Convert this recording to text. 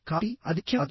కాబట్టి అది ముఖ్యం కాదు